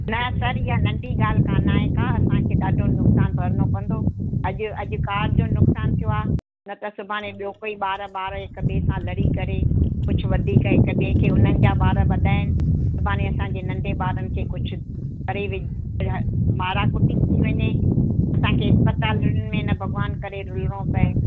न सर इहा नंढी ॻाल्हि कान आहे का असांखे ॾाढो नुक़सानु भरिणो पवंदो अॼु कार जो नुक़सानु थियो आहे न त सुभाणे ॿियो कोई ॿार ॿार हिकु ॿिए सां लड़ी करे कुझु वधीक हिकु ॿिए खे उन्हनि जा ॿार वॾा आहिनि सुभाणे असांजे नंढे ॿारनि खे कुझु करे विझ ह मारा कुटी थी वञे असांखे इस्पतालुनि में न भॻवानु करे रुलिणो पए